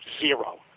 zero